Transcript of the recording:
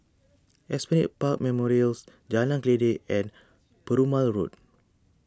Esplanade Park Memorials Jalan Kledek and Perumal Road